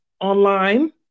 online